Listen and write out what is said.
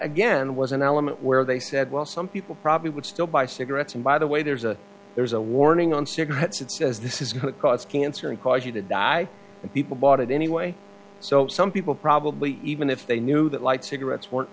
again was an element where they said well some people probably would still buy cigarettes and by the way there's a there's a warning on cigarettes that says this is going to cause cancer and cause you to die and people bought it anyway so some people probably even if they knew that light cigarettes were